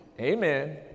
Amen